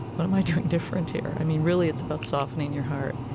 what am i doing different here? i mean, really, it's about softening your heart.